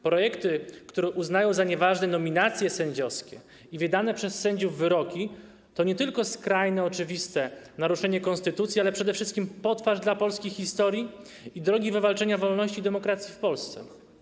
Projekty, które uznają za nieważne nominacje sędziowskie i wydane przez sędziów wyroki, to nie tylko skrajne, oczywiste naruszenie konstytucji, ale przede wszystkich potwarz dla polskiej historii i drogi wywalczenia wolności i demokracji w Polsce.